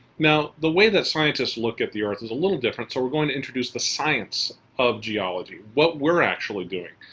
now, the way that scientists look at the earth is a little different so we're going to introduce the science of geology, what we're actually doing.